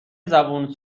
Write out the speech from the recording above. زبون